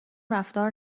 رفتار